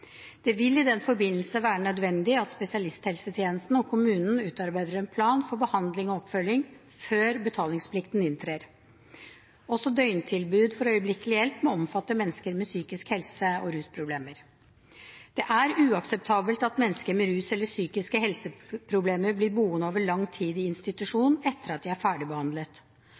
Det vil i den forbindelse være nødvendig at spesialisthelsetjenesten og kommunen utarbeider en plan for behandling og oppfølging, før betalingsplikten inntrer. Også døgntilbud for øyeblikkelig hjelp må omfatte mennesker med psykiske helse- og rusproblemer. Det er uakseptabelt at mennesker med rusproblemer eller psykiske helseproblemer blir boende over lang tid i institusjon etter at de er ferdigbehandlet.